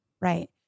Right